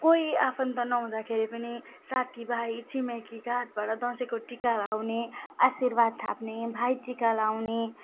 कोही आफन्त नहुँदाखेरि पनि साथीभाइ छिमेकीका हातबाट दसैँको टिका लाउने आशीर्वाद थाप्ने भाइटिका लगाउने